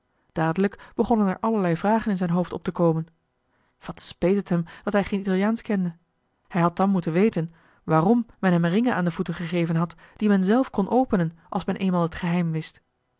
dadelijk begonnen er allerlei vragen in zijn hoofd op te komen wat speet het hem dat hij geen italiaansch kende hij had dan moeten weten waarom men hem ringen aan de voeten gegeven had die men zelf kon openen als men eenmaal het geheim wist